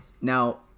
Now